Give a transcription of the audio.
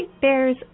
Bear's